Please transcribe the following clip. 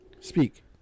Speak